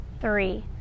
three